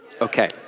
Okay